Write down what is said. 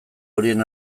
horien